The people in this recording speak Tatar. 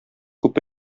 күп